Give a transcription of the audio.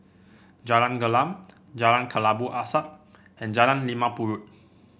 Jalan Gelam Jalan Kelabu Asap and Jalan Limau Purut